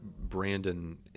brandon